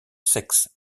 sexe